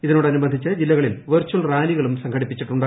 ഇതിനോടനുബന്ധിച്ച് ജില്ലകളിൽ വെർചൽ റാലികളും സംഘടിപ്പിച്ചിട്ടുണ്ട്